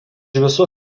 visų